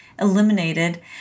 eliminated